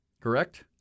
correct